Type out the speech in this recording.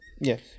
Yes